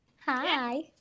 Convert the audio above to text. Hi